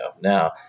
Now